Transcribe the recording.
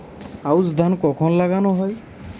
আউশ ধান কখন লাগানো হয়?